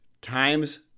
times